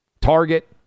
Target